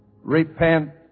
Repent